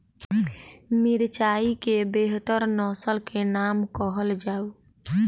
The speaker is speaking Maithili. मिर्चाई केँ बेहतर नस्ल केँ नाम कहल जाउ?